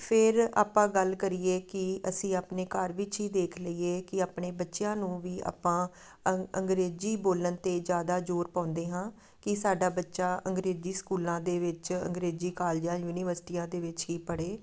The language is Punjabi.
ਫਿਰ ਆਪਾਂ ਗੱਲ ਕਰੀਏ ਕਿ ਅਸੀਂ ਆਪਣੇ ਘਰ ਵਿੱਚ ਹੀ ਦੇਖ ਲਈਏ ਕਿ ਆਪਣੇ ਬੱਚਿਆਂ ਨੂੰ ਵੀ ਆਪਾਂ ਅੰਗ ਅੰਗਰੇਜ਼ੀ ਬੋਲਣ 'ਤੇ ਜ਼ਿਆਦਾ ਜ਼ੋਰ ਪਾਉਂਦੇ ਹਾਂ ਕਿ ਸਾਡਾ ਬੱਚਾ ਅੰਗਰੇਜ਼ੀ ਸਕੂਲਾਂ ਦੇ ਵਿੱਚ ਅੰਗਰੇਜ਼ੀ ਕਾਲਜਾਂ ਯੂਨੀਵਰਸਿਟੀਆਂ ਦੇ ਵਿੱਚ ਹੀ ਪੜ੍ਹੇ